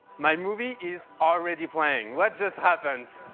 my movie is already playing. what just happened?